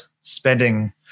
spending